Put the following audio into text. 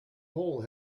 hole